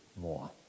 more